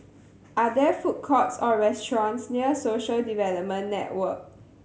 are there food courts or restaurants near Social Development Network